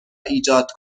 ایجاد